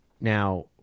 Now